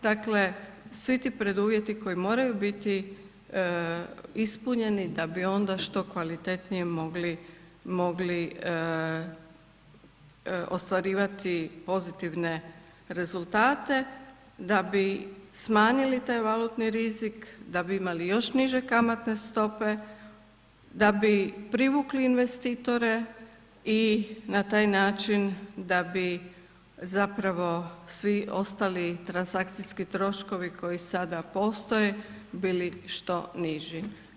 Dakle svi ti preduvjeti koji moraju biti ispunjeni da bi onda što kvalitetnije mogli ostvarivati pozitivne rezultate, da bi smanjili taj valutni rizik da bi imali još niže kamatne stope, da bi privukli investitore i na taj način da bi zapravo svi ostali transakcijski troškovi koji sada postoje bili što niži.